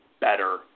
better